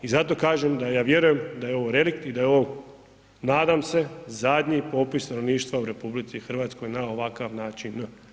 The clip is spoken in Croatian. I zato kažem da ja vjerujem da je ovo relikt i da je ovo nadam se zadnji popis stanovništva u RH na ovakav način.